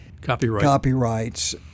copyrights